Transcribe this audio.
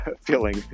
Feeling